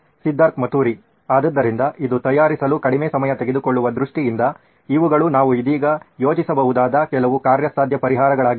ಸಿದ್ಧಾರ್ಥ್ ಮತುರಿ ಆದ್ದರಿಂದ ಇದು ತಯಾರಿಸಲು ಕಡಿಮೆ ಸಮಯ ತೆಗೆದುಕೊಳ್ಳುವ ದೃಷ್ಟಿಯಿಂದ ಇವುಗಳು ನಾವು ಇದೀಗ ಯೋಚಿಸಬಹುದಾದ ಕೆಲವು ಕಾರ್ಯಸಾಧ್ಯ ಪರಿಹಾರಗಳಾಗಿವೆ